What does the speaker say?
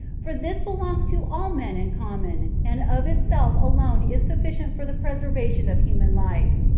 for this belongs to all men in common, and of itself alone is sufficient for the preservation of human life.